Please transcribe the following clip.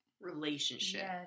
relationship